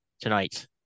tonight